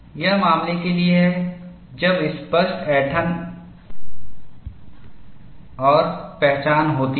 यह मामले के लिए है जब स्पष्ट ऐंठन और पहचान होती है